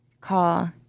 call